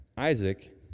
Isaac